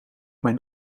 mijn